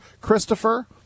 Christopher